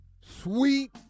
sweet